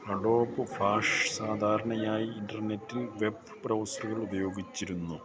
Adobe Flash സാധാരണയായി ഇന്റർനെറ്റിൽ web ബ്രൗസറുകൾ ഉപയോഗിച്ചിരുന്നു